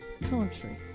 country